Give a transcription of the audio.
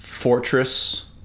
fortress